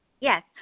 Yes